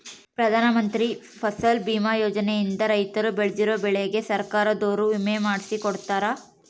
ಪ್ರಧಾನ ಮಂತ್ರಿ ಫಸಲ್ ಬಿಮಾ ಯೋಜನೆ ಇಂದ ರೈತರು ಬೆಳ್ದಿರೋ ಬೆಳೆಗೆ ಸರ್ಕಾರದೊರು ವಿಮೆ ಮಾಡ್ಸಿ ಕೊಡ್ತಾರ